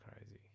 crazy